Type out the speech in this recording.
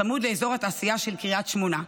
הצמוד לאזור התעשייה של קריית שמונה,